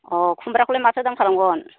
अ खुमब्राखौलाय माथो दाम खालामगन